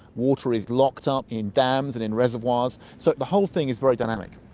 water is locked up in dams and in reservoirs, so the whole thing is very dynamic.